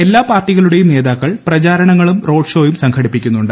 എല്ലാ പാർട്ടികളുടെയും നേതാക്കൾ പ്രചാരണങ്ങളും റോഡ് ഷോയും സംഘടിപ്പിക്കുന്നുണ്ട്